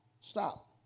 stop